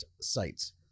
sites